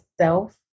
self